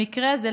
המקרה הזה,